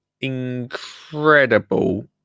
incredible